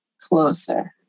closer